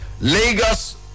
Lagos